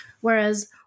Whereas